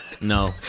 No